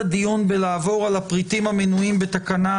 הדיון בלעבור על הפריטים המנויים בתקנה